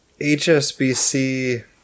HSBC